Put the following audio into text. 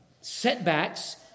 setbacks